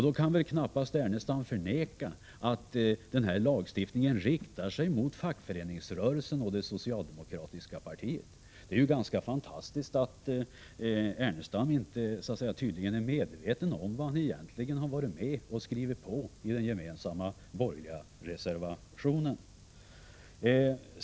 Då kan ju Lars Ernestam knappast förneka att denna lagstiftning riktar sig mot fackföreningsrörelsen och det socialdemokratiska partiet. Det är ganska fantastiskt att Lars Ernestam tydligen inte är medveten om vad han egentligen har varit med och skrivit på i den gemensamma borgerliga reservationen.